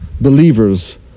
believers